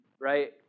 right